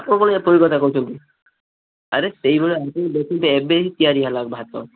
ଆପଣ କ'ଣ ଏପରି କଥା କହୁଛନ୍ତି ଆରେ ସେଇଭଳିଆ ଏବେ ହିଁ ତିଆରି ହେଲା ଭାତ